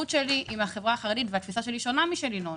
מן ההיכרות שלי עם החברה החרדית והתפיסה שלי שונה משל ינון,